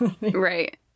Right